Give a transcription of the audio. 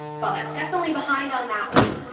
but definitely behind on that one,